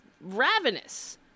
ravenous